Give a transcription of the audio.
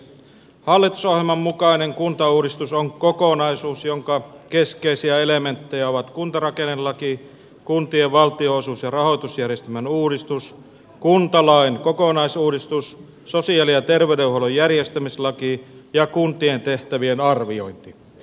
hallitusohjelman mukainen kuntauudistus on kokonaisuus jonka keskeisiä elementtejä ovat kuntarakennelaki kuntien valtionosuus ja rahoitusjärjestelmän uudistus kuntalain kokonaisuudistus sosiaali ja terveydenhuollon järjestämislaki ja kuntien tehtävien arviointi